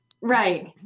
Right